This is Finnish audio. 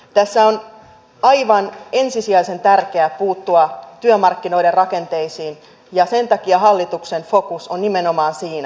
tässä on aivan ensisijaisen tärkeää puuttua työmarkkinoiden rakenteisiin ja sen takia hallituksen fokus on nimenomaan siinä